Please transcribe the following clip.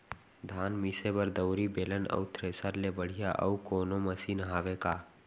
धान मिसे बर दउरी, बेलन अऊ थ्रेसर ले बढ़िया अऊ कोनो मशीन हावे का?